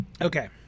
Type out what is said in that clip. Okay